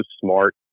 smart